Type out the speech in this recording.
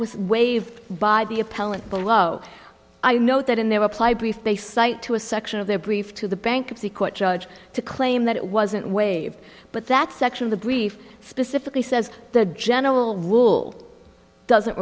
was waived by the appellant below i note that in their apply brief they cite to a section of their brief to the bankruptcy court judge to claim that it wasn't waive but that section the brief specifically says the general rule doesn't